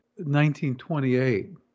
1928